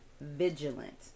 vigilant